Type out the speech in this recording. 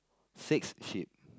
six sheep